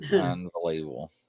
Unbelievable